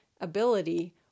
ability